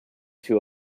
two